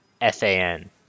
F-A-N